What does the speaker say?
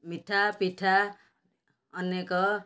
ମିଠା ପିଠା ଅନେକ